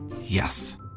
Yes